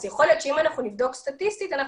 אז יכול להיות שאם נבדוק סטטיסטית נראה